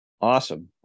Awesome